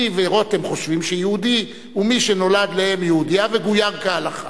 אני ורותם חושבים שיהודי הוא מי שנולד לאם יהודייה וגויר כהלכה.